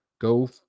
go